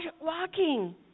walking